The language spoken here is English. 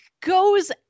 goes